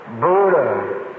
Buddha